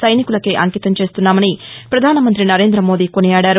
సైనికులకే అంకితం చేస్తున్నామని పధానమంతి నరేందమోదీ కొనియాడారు